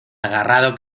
agarrado